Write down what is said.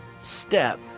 step